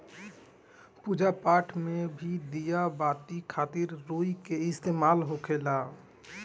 पूजा पाठ मे भी दिया बाती खातिर रुई के इस्तेमाल होखेला